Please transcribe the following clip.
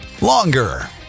longer